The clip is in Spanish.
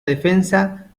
defensa